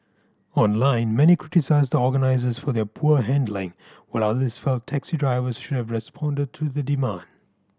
online many criticised the organisers for their poor handling while others felt taxi drivers should have responded to the demand